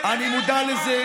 אני מודע לזה